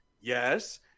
yes